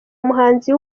umuhanzi